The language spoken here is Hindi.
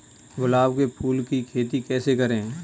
गुलाब के फूल की खेती कैसे करें?